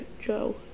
Joe